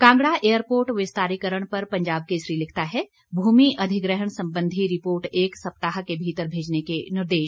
Kangra airport विस्तारीकरण पर पंजाब केसरी लिखता है भूमि अधिग्रहण संबंधी रिपोर्ट एक सप्ताह के भीतर भेजने के निर्देश